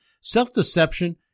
Self-deception